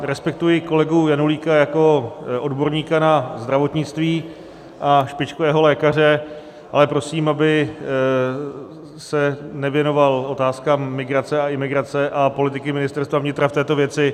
Respektuji kolegu Janulíka jako odborníka na zdravotnictví a špičkového lékaře, ale prosím, aby se nevěnoval otázkám migrace a imigrace a politiky Ministerstva vnitra v této věci.